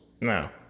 Now